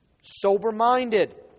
sober-minded